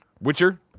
Witcher